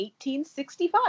1865